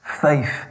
Faith